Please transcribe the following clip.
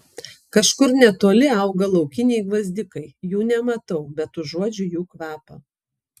kažkur netoli auga laukiniai gvazdikai jų nematau bet užuodžiu jų kvapą